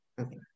Okay